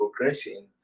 progression